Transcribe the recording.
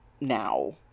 Now